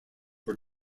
were